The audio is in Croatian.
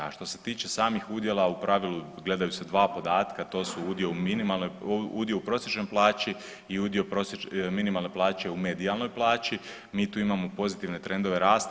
A što se tiče samih udjela, u pravilu, gledaju se 2 podatka, to su udio u .../nerazumljivo/... udio u prosječnoj plaći i udio .../nerazumljivo/... minimalne plaće u medijalnoj plaći, mi tu imamo pozitivne trendove rasta.